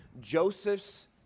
Joseph's